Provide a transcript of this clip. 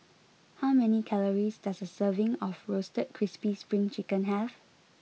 how many calories does a serving of roasted crispy spring chicken have